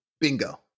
bingo